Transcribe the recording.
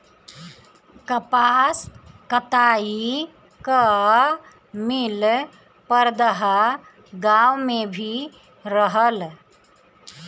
कपास कताई कअ मिल परदहा गाँव में भी रहल